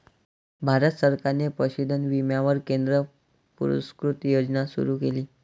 भारत सरकारने पशुधन विम्यावर केंद्र पुरस्कृत योजना सुरू केली